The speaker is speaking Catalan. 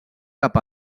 cap